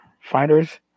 fighters